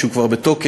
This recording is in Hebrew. הוא כבר בתוקף,